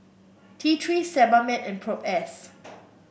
T Three Sebamed and Propass